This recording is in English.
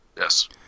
Yes